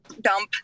dump